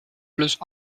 plus